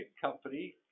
company